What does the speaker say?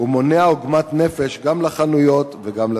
ומונע עוגמת נפש גם לחנויות וגם לצרכנים,